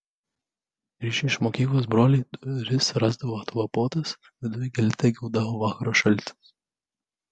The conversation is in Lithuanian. grįžę iš mokyklos broliai duris rasdavo atlapotas viduj gelte geldavo vakaro šaltis